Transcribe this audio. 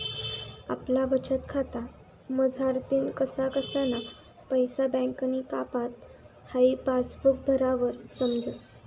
आपला बचतखाता मझारतीन कसा कसाना पैसा बँकनी कापात हाई पासबुक भरावर समजस